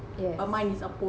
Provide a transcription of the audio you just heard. yes